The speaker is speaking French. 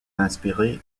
inspirée